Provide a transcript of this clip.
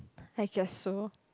I guess so